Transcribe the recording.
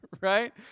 Right